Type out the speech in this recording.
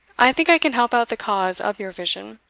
i think i can help out the cause of your vision.